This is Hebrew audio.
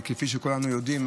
וכפי שכולנו יודעים,